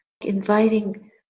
inviting